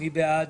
מי בעד?